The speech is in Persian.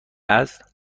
است